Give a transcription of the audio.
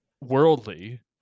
worldly